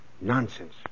Nonsense